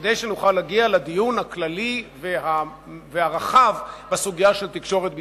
כדי שנוכל להגיע לדיון הכללי והרחב בסוגיה של התקשורת בישראל,